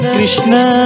Krishna